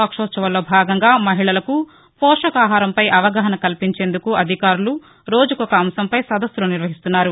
పక్షోత్సవాల్లో భాగంగా మహిళలకు పోహకాహారంపై అవగాహన కల్పించేందుకు అధికారులు రోజుకొక అంశంపై సదస్సులు నిర్వహిస్తున్నారు